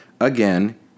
again